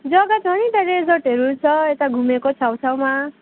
जग्गा छ नि त रिजर्टहरू छ यता घुमेको छेउछाउमा